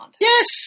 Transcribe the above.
Yes